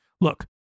Look